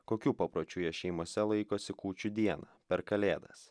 kokių papročių jie šeimose laikosi kūčių dieną per kalėdas